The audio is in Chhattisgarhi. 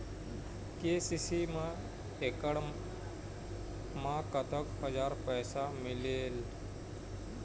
के.सी.सी मा एकड़ मा कतक हजार पैसा मिलेल?